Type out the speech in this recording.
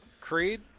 Creed